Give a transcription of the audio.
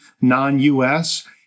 non-U.S